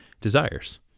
desires